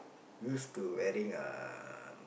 used to wearing um